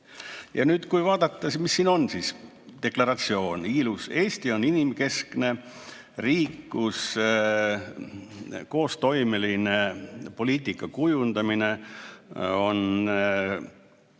Ja nüüd, kui vaadata, mis siin on: ilus deklaratsioon, et Eesti on inimkeskne riik, kus koostoimeline poliitika kujundamine käib